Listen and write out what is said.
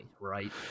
right